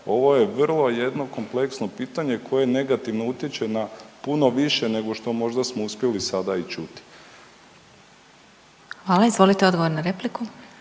ovo je vrlo jedno kompleksno pitanje koje negativno utječe na puno više nego što možda smo uspjeli sada i čuti. **Glasovac, Sabina (SDP)**